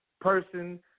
person